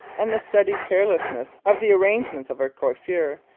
and the studied carelessness of the arrangement of her coiffure,